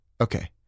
Okay